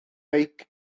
beic